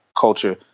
culture